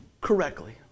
correctly